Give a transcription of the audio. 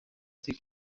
six